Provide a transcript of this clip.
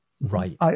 Right